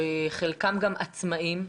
שחלקם עצמאים,